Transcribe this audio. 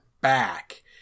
back